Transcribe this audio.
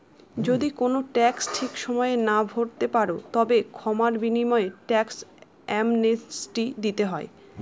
যদি কোনো ট্যাক্স ঠিক সময়ে না ভরতে পারো, তবে ক্ষমার বিনিময়ে ট্যাক্স অ্যামনেস্টি দিতে হয়